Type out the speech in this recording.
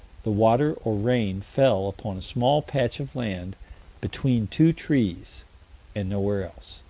the water or rain fell upon a small patch of land between two trees and nowhere else.